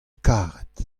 karet